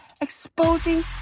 exposing